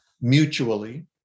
mutually